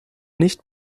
nicht